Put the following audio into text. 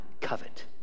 covet